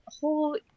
whole